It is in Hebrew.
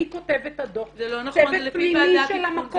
מי כותב את הדוח צוות פנימי של המקום.